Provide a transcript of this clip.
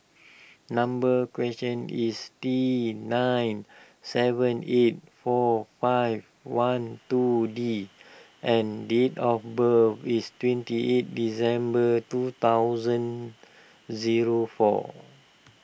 number question is T nine seven eight four five one two D and date of birth is twenty eight December two thousand zero four